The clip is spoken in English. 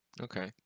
Okay